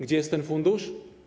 Gdzie jest ten fundusz?